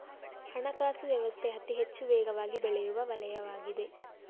ಹಣಕಾಸು ವ್ಯವಸ್ಥೆ ಅತಿಹೆಚ್ಚು ವೇಗವಾಗಿಬೆಳೆಯುವ ವಲಯವಾಗಿದೆ